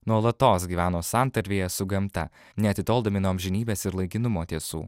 nuolatos gyveno santarvėje su gamta neatitoldami nuo amžinybės ir laikinumo tiesų